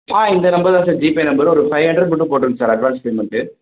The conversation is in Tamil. ஆ இந்த நம்பர் தான் சார் ஜிபே நம்பரு ஒரு ஃபைவ் ஹண்ட்ரெடு மட்டும் போட்டுருங்க சார் அட்வான்ஸ் பேமெண்ட்டு